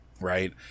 right